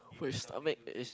which I make is